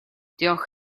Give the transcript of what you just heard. diolch